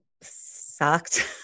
sucked